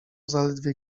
zaledwie